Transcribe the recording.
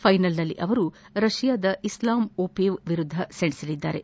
ಫೈನಲ್ನಲ್ಲಿ ಅವರು ರಷ್ಯಾದ ಇಸ್ವಾಮ್ ಒಪೀವ್ ವಿರುದ್ದ ಸೆಣಸಲಿದ್ದಾರೆ